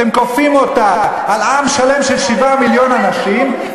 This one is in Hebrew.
אתם כופים אותה על עם שלם של 7 מיליון אנשים,